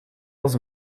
was